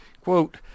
Quote